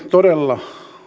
todella